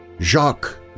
Jacques